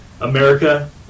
America